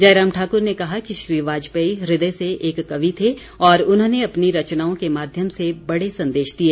जयराम ठाकुर ने कहा कि श्री वाजपेयी हृदय से एक कवि थे और उन्होंने अपनी रचनाओं के माध्यम से बड़े संदेश दिए